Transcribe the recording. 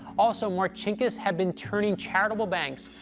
also, marcinkus had been turning charitable banks,